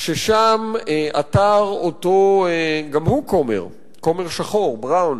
ששם עתר אותו כומר, גם הוא כומר, כומר שחור, בראון